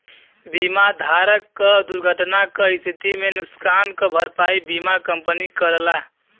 बीमा धारक क दुर्घटना क स्थिति में नुकसान क भरपाई बीमा कंपनी करला